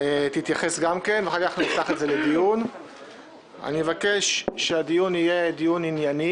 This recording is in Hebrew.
תתייחס ואחר כך נפתח את זה לדיון - אני מבקש שהדיון יהיה דיון ענייני